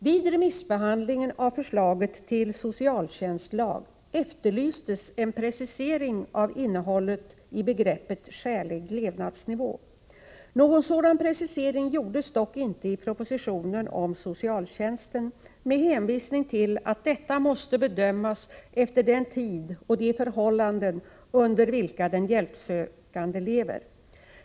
Vid remissbehandlingen av förslaget till socialtjänstlag efterlystes en precisering av innehållet i begreppet skälig levnadsnivå. Någon sådan precisering gjordes dock inte i propositionen om socialtjänsten med hänvisning till att detta måste bedömas efter den tid och de förhållanden under vilka den hjälpsökande lever.